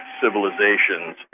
civilizations